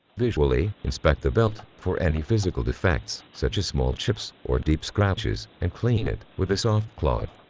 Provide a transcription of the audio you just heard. visually inspect the belt for any physical defects such a small chips or deep scratches, and clean it with a soft cloth